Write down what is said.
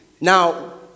Now